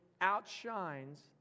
outshines